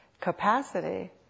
capacity